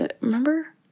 Remember